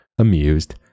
amused